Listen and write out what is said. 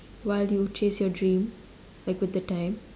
while you chase your dream like with the time